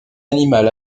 animal